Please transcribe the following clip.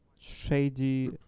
shady